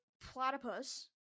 platypus